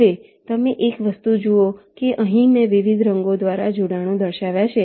હવે તમે એક વસ્તુ જુઓ કે અહીં મેં વિવિધ રંગો દ્વારા જોડાણો દર્શાવ્યા છે